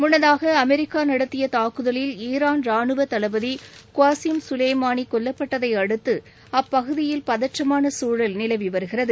முன்னதாக அமெரிக்கா நடத்திய தாக்குதலில் ஈரான் ரானுவத் தளபதி க்வாசிம் சுலேமானி கொல்லப்பட்டதை அடுத்து அப்பகுதியில் பதற்றமான சூழல் நிலவி வருகிறது